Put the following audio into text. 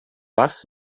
was